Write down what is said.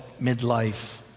midlife